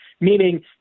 Meaning